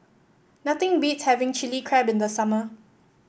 nothing beats having Chilli Crab in the summer